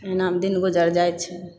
एनामे दिन गुजरि जाइत छै